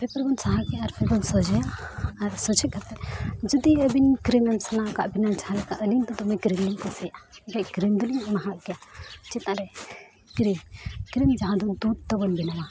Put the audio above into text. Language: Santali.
ᱵᱚᱱ ᱥᱟᱦᱟ ᱠᱮᱫᱼᱟ ᱟᱨᱵᱚᱱ ᱥᱚᱡᱷᱮᱭᱟ ᱟᱨ ᱥᱚᱡᱷᱮ ᱠᱟᱛᱮᱫ ᱡᱩᱫᱤ ᱟᱹᱵᱤᱱ ᱮᱢ ᱥᱟᱱᱟ ᱟᱠᱟᱫ ᱵᱮᱱᱟ ᱡᱟᱦᱟᱸ ᱞᱮᱠᱟ ᱟᱹᱞᱤᱧ ᱫᱚ ᱫᱚᱢᱮ ᱞᱤᱧ ᱠᱩᱥᱤᱭᱟᱜᱼᱟ ᱫᱚᱞᱤᱧ ᱮᱢᱟᱦᱟᱜ ᱜᱮᱭᱟ ᱪᱮᱛᱟᱱ ᱨᱮ ᱡᱟᱦᱟᱸ ᱫᱚ ᱫᱩᱫᱽ ᱛᱮᱵᱚᱱ ᱵᱮᱱᱟᱣᱟ